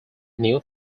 new